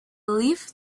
leaf